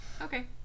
Okay